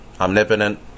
omnipotent